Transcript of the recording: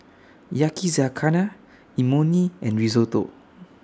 Yakizakana Imoni and Risotto